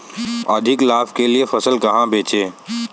अधिक लाभ के लिए फसल कहाँ बेचें?